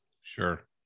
Sure